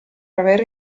avere